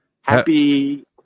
Happy